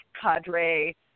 cadre